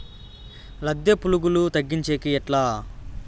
లద్దె పులుగులు తగ్గించేకి ఎట్లా?